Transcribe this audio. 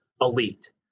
elite